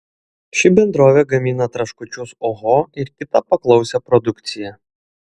ši bendrovė gamina traškučius oho ir kitą paklausią produkciją